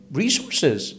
resources